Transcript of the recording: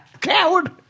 Coward